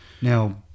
Now